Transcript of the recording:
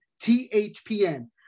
THPN